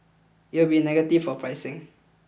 it would be negative for pricing